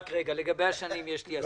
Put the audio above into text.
לגבי השנים יש לי השגה,